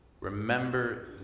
Remember